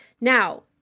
Now